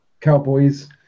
cowboys